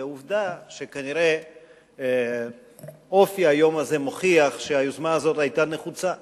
ועובדה שכנראה אופי היום הזה מוכיח שהיוזמה הזאת היתה נחוצה.